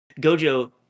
Gojo